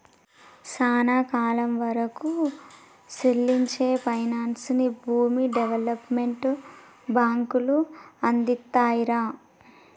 సానా కాలం వరకూ సెల్లించే పైనాన్సుని భూమి డెవలప్మెంట్ బాంకులు అందిత్తాయిరా